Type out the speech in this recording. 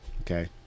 okay